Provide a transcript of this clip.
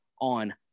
on